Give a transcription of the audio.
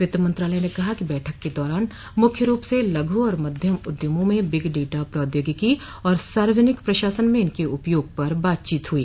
वित्त मंत्रालय ने कहा कि बैठक के दौरान मुख्य रूप से लघू और मध्यम उद्यमों में बिग डेटा प्रौद्योगिकी और सार्वजनिक प्रशासन में इनके उपयोग पर बातचीत हुई